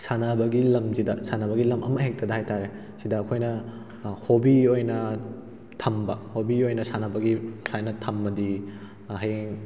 ꯁꯥꯟꯅꯕꯒꯤ ꯂꯝꯁꯤꯗ ꯁꯥꯟꯅꯕꯒꯤ ꯂꯝ ꯑꯃ ꯍꯦꯛꯇꯗ ꯍꯥꯏꯇꯥꯔꯦ ꯁꯤꯗ ꯑꯩꯈꯣꯏꯅ ꯍꯣꯕꯤ ꯑꯣꯏꯅ ꯊꯝꯕ ꯍꯣꯕꯤ ꯑꯣꯏꯅ ꯁꯥꯟꯅꯕꯒꯤ ꯁꯨꯃꯥꯏꯅ ꯊꯝꯃꯗꯤ ꯍꯌꯦꯡ